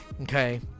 okay